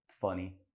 funny